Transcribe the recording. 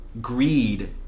greed